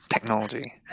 technology